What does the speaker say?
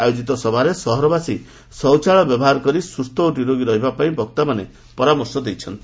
ଆୟୋଜିତ ସଭାରେ ସହରବାସୀ ଶୌଚାଳୟ ବ୍ୟବହାର କରି ସୁସ୍କ ଓ ନିରୋଗ ରହିବାପାଇଁ ବକ୍ତାମାନେ ପରାମର୍ଶ ଦେଇଛନ୍ତି